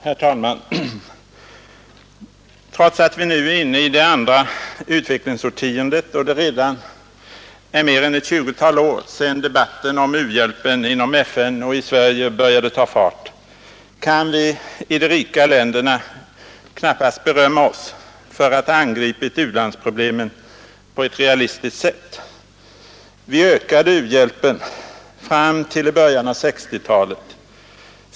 Herr talman! Trots att vi nu är inne i det andra utvecklingsårtiondet och det redan är mer än ett 20-tal år sedan debatten om u-hjälpen inom FN och i Sverige började ta fart, kan vi i de rika länderna knappast berömma oss av att ha angripit u-landsproblemen på ett realistiskt sätt. Vi ökade u-hjälpen fram till i början av 1960-talet.